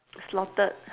slaughtered